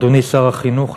אדוני שר החינוך,